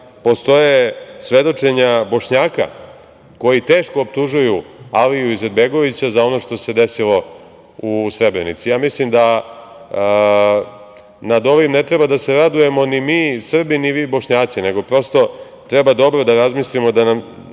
postoje svedočenja Bošnjaka koji teško optužuju Aliju Izetbegovića za ono što se desilo u Srebrnici. Mislim da nad ovim ne treba da se radujemo ni mi Srbi, ni vi Bošnjaci, nego prosto treba dobro da razmislimo da